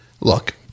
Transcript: Look